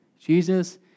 Jesus